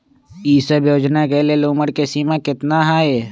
ई सब योजना के लेल उमर के सीमा केतना हई?